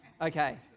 Okay